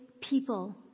people